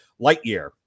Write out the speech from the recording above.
Lightyear